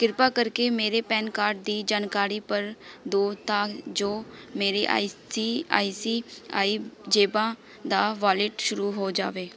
ਕ੍ਰਿਪਾ ਕਰਕੇ ਮੇਰੇ ਪੈਨ ਕਾਰਡ ਦੀ ਜਾਣਕਾਰੀ ਭਰ ਦਿਉ ਤਾਂ ਜੋ ਮੇਰੇ I C I C I ਜੇਬਾਂ ਦਾ ਵਾਲਿਟ ਸ਼ੁਰੂ ਹੋ ਜਾਵੇ